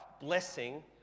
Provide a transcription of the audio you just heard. blessing